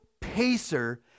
pacer